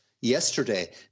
Yesterday